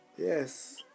Yes